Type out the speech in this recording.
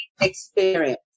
Experience